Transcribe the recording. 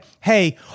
hey